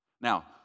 Now